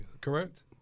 correct